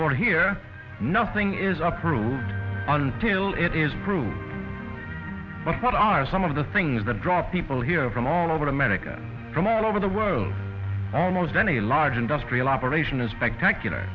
for here nothing is approved until it is proven but what are some of the things that draw people here from all over america from all over the world almost any large industrial operation is spectacular